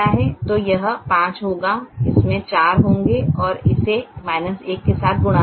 तो यह 5 होगा इसमें 4 होंगे इसे 1 के साथ गुणा करें